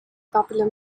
popular